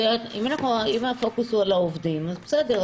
כי אם הפוקוס הוא על העובדים, אז בסדר.